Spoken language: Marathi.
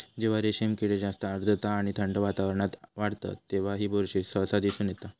जेव्हा रेशीम किडे जास्त आर्द्रता आणि थंड वातावरणात वाढतत तेव्हा ही बुरशी सहसा दिसून येता